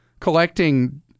collecting